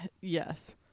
yes